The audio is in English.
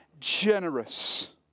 generous